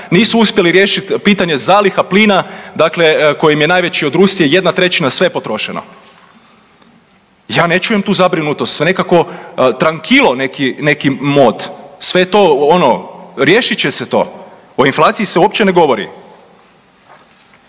nisu uspjeli riješit pitanje zaliha plina, dakle koji im je najveći od Rusije, 1/3 sve je potrošeno. Ja ne čujem tu zabrinutost. Nekako trankilo neki mod. Sve je to, ono riješit će se to. O inflaciji se uopće ne govori.